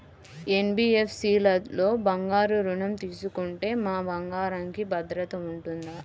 NBFC లలో బంగారు ఋణం తీసుకుంటే మా బంగారంకి భద్రత ఉంటుందా?